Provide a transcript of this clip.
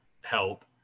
help